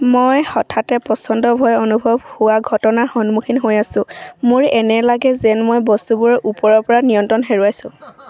মই হঠাতে প্ৰচণ্ড ভয় অনুভৱ হোৱা ঘটনাৰ সন্মুখীন হৈ আছোঁ মোৰ এনে লাগে যেন মই বস্তুবোৰৰ ওপৰৰপৰা নিয়ন্ত্ৰণ হেৰুৱাইছোঁ